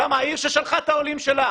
למה עיר ששלחה את העולים שלה,